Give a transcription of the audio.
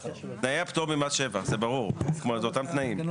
תנאי הפטור ממס שבח, זה ברור, אלו אותם תנאים.